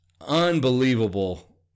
Unbelievable